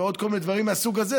ועוד כל מיני דברים מהסוג הזה,